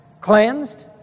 Cleansed